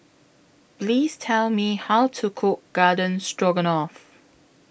Please Tell Me How to Cook Garden Stroganoff